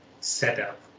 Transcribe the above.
setup